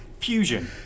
fusion